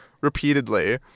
repeatedly